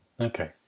Okay